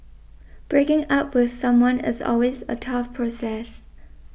breaking up with someone is always a tough process